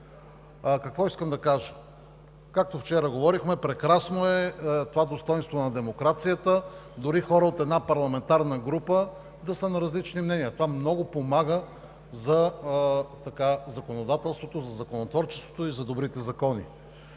Какво искам да кажа? Както вчера говорихме, прекрасно е това достойнство на демокрацията, дори хора от една парламентарна група да са на различни мнения. Това много помага за законодателството, за законотворчеството и за добрите закони.